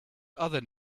other